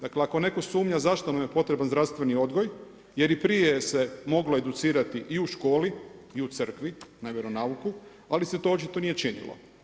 Dakle, ako netko sumnja zašto nam je potreban zdravstveni odgoj, jer i prije se moglo educirati i u školi i u crkvi, na vjeronauku, ali se to očito nije činilo.